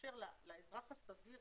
לאפשר לאזרח הסביר